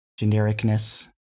genericness